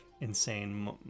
insane